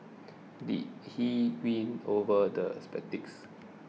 did he win over the